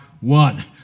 one